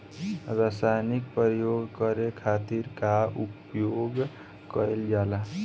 रसायनिक प्रयोग करे खातिर का उपयोग कईल जाइ?